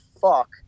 fuck